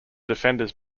defenders